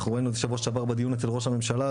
אנחנו ראינו את זה בשבוע שעבר בדיון אצל ראש הממשלה,